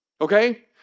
Okay